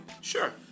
Sure